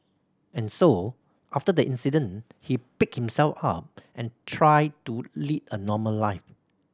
and so after the incident he picked himself up and tried to lead a normal life